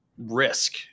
risk